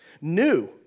new